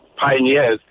pioneers